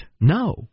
No